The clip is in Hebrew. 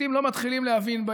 שהשופטים לא מתחילים להבין.